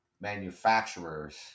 manufacturers